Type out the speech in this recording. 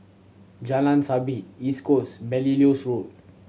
Jalan Sabit East Coast Belilios Road